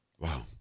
Wow